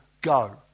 go